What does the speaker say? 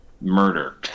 murder